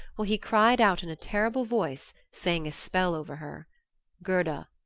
while he cried out in a terrible voice, saying a spell over her gerda,